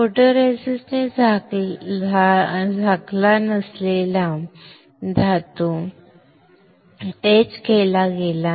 फोटोरेसिस्टने झाकलेला नसलेला धातू कोरला गेला